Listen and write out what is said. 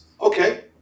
Okay